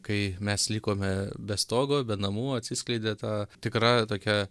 kai mes likome be stogo be namų atsiskleidė ta tikra tokia